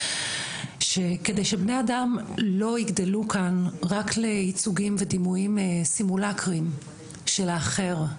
שכדי שבני אדם לא יגדלו כאן רק לייצוגים ודימויים סימולקארים של האחר,